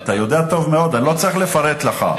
אתה יודע טוב מאוד, אני לא צריך לפרט לך.